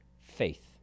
Faith